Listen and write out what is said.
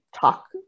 talk